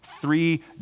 three